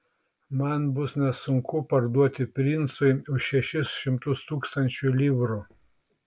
man bus nesunku parduoti princui už šešis šimtus tūkstančių livrų